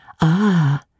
Ah